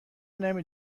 نمی